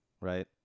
right